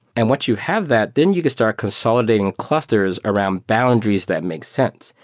and once you have that, then you can start consolidating clusters around boundaries that makes sense.